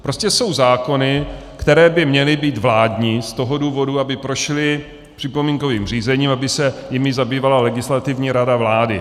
Prostě jsou zákony, které by měly být vládní z toho důvodu, aby prošly připomínkovým řízením, aby se jimi zabývala Legislativní rada vlády.